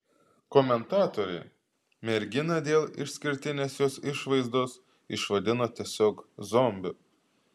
komentatoriai merginą dėl išskirtinės jos išvaizdos išvadino tiesiog zombiu